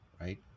Right